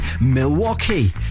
Milwaukee